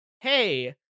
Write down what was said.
hey